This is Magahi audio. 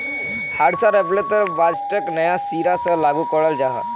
हर साल अप्रैलोत बजटोक नया सिरा से लागू कराल जहा